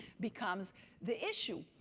becomes the issue.